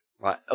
Right